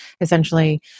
essentially